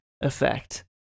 effect